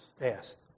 asked